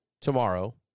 tomorrow